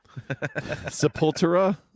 Sepultura